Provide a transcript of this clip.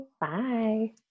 Bye